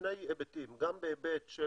בשני היבטים: גם בהיבט של